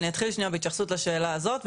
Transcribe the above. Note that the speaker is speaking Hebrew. אני אתחיל בהתייחסות לשאלה הזאת.